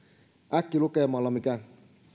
äkkilukemalla se